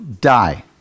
die